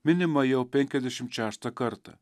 minima jau penkiasdešimt šeštą kartą